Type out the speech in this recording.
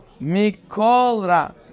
mikolra